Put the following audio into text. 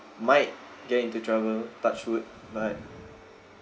might get into trouble touch wood but